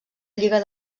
lliga